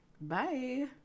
Bye